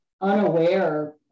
unaware